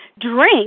drink